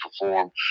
perform